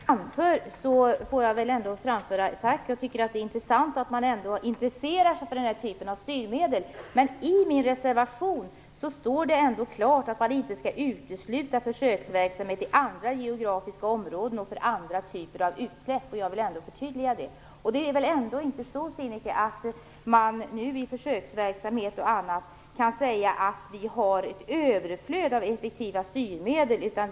Fru talman! Med anledning av vad Sinikka Bohlin anför, får jag framföra ett tack. Det är bra att man ändå intresserar sig för den här typen av styrmedel. Jag vill förtydliga vad som står i min reservation, nämligen att man inte skall utesluta försöksverksamhet i andra geografiska områden och med andra typer av utsläpp. Det är väl inte så, Sinikka Bohlin, att vi genom försöksverksamhet och annat har ett överflöd av effektiva styrmedel.